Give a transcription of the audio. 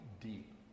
deep